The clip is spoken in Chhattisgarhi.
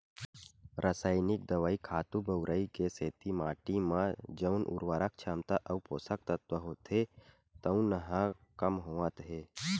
रसइनिक दवई, खातू बउरई के सेती माटी म जउन उरवरक छमता अउ पोसक तत्व होथे तउन ह कम होवत हे